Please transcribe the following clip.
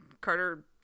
carter